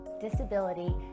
disability